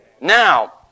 Now